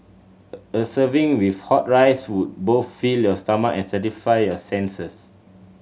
a serving with hot rice would both fill your stomach and satisfy your senses